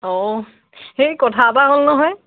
অও এই কথা এটা হ'ল নহয়